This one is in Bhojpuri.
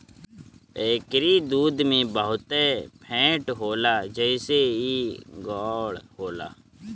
एकरी दूध में बहुते फैट होला जेसे इ गाढ़ होला